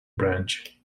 branch